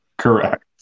correct